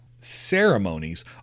Ceremonies